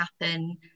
happen